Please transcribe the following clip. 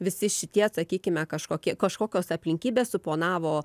visi šitie sakykime kažkokie kažkokios aplinkybės suponavo